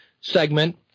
segment